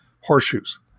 horseshoes